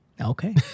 Okay